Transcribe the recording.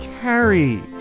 Carrie